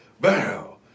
bow